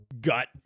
gut